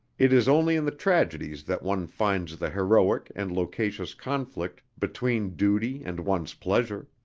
it is only in the tragedies that one finds the heroic and loquacious conflict between duty and one's pleasure.